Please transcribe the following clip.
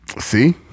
See